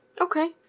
Okay